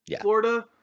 Florida